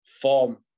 form